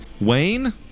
Wayne